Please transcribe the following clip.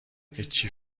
هیچی